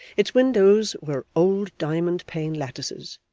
its windows were old diamond-pane lattices,